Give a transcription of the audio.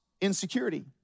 insecurity